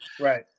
right